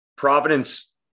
Providence